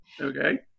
Okay